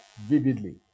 vividly